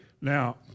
Now